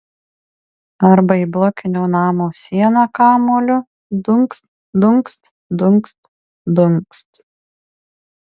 arba į blokinio namo sieną kamuoliu dunkst dunkst dunkst dunkst